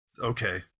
okay